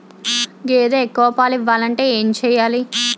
గేదె ఎక్కువ పాలు ఇవ్వాలంటే ఏంటి చెయాలి?